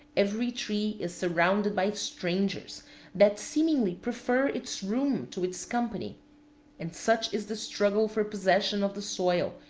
every tree is surrounded by strangers that seemingly prefer its room to its company and, such is the struggle for possession of the soil,